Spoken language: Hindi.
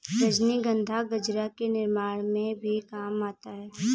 रजनीगंधा गजरा के निर्माण में भी काम आता है